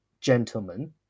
gentlemen